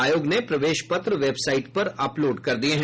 आयोग ने प्रवेश पत्र वेबसाईट पर अपलोड कर दिये हैं